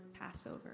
Passover